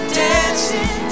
dancing